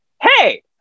Hey